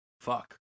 Fuck